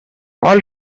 all